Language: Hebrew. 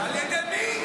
על ידי מי?